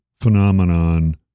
phenomenon